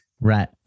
Right